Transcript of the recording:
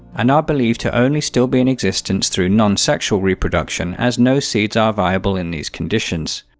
and are believed to only still be in existence through non-sexual reproduction as no seeds are viable in these conditions.